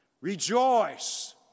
Rejoice